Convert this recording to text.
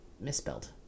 misspelled